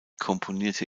komponierte